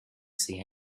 see